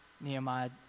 Nehemiah